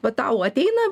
va tau ateina